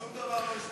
שום דבר לא השתנה.